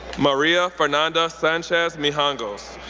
maria fernanda sanchez mijangos,